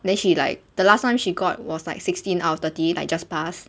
then she like the last time she got was like sixteen out of thirty like just pass